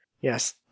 yes